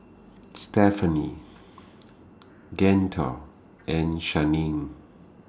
Stephani Gaither and Shianne